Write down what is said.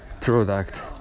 product